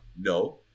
No